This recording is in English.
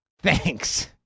Thanks